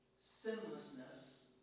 sinlessness